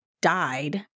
died